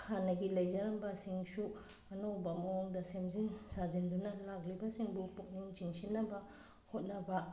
ꯍꯥꯟꯅꯒꯤ ꯂꯩꯖꯔꯝꯕꯁꯤꯡꯁꯨ ꯑꯅꯧꯕ ꯃꯑꯣꯡꯗ ꯁꯦꯝꯖꯤꯟ ꯁꯥꯖꯤꯟꯗꯨꯅ ꯂꯥꯛꯂꯤꯕꯁꯤꯡꯕꯨ ꯄꯨꯛꯅꯤꯡ ꯆꯤꯡꯁꯤꯟꯅꯕ ꯍꯣꯠꯅꯕ